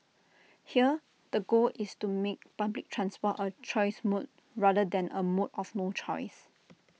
here the goal is to make public transport A choice mode rather than A mode of no choice